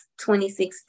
2016